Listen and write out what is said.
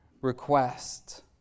request